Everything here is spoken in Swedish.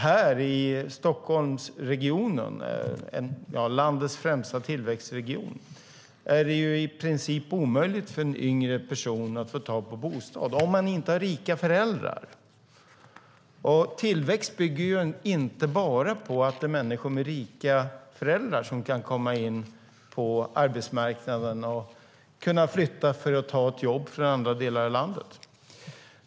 Här i Stockholmsregionen, landets främsta tillväxtregion, är det i princip omöjligt för en yngre person att få tag på en bostad om man inte har rika föräldrar. Tillväxt bygger inte bara på att det är människor med rika föräldrar som kan komma in på arbetsmarknaden och kan flytta för att ta ett jobb i en annan del av landet.